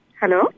Hello